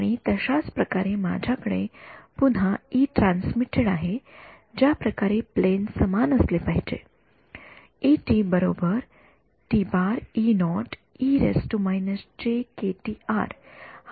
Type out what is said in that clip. आणि तशाच प्रकारे माझ्याकडे पुन्हा ई ट्रान्समिटेड आहे ज्याप्रकारे प्लेन समान असले पाहिजे हा ट्रान्समिटेड तरंग आहे